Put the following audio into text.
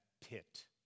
pit